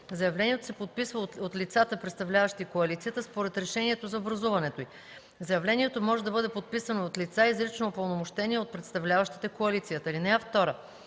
Заявлението се подписва от лицата, представляващи коалицията според решението за образуването й. Заявлението може да бъде подписано и от лица, изрично упълномощени от представляващите коалицията. (2) В